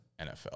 NFL